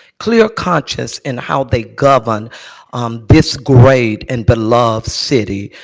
clear conscience and how they govern this great and beloved city.